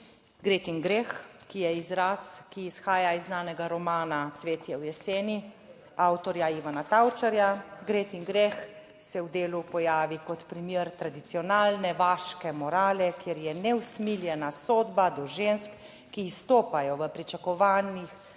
Gretin greh, ki je izraz, ki izhaja iz znanega romana Cvetje v Jeseni avtorja Ivana Tavčarja. Gretin greh se v delu pojavi kot primer tradicionalne vaške morale, kjer je neusmiljena sodba do žensk, ki izstopajo v pričakovanjih,